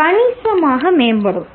கணிசமாக மேம்படும்